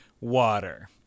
water